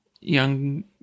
young